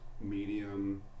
medium